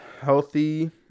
healthy